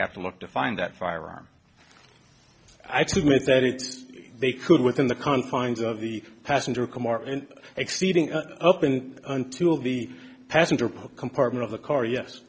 have to look to find that firearm i submit that if they could within the confines of the passenger compartment exceeding open until the passenger compartment of the car yes